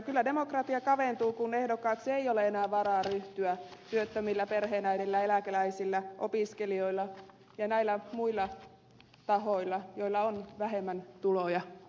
kyllä demokratia kaventuu kun ehdokkaaksi ei ole enää varaa ryhtyä työttömillä perheenäideillä eläkeläisillä opiskelijoilla ja näillä muilla tahoilla joilla on vähemmän tuloja